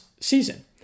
season